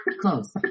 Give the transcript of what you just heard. Close